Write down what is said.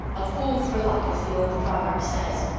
a fool for luck, as the old proverb says.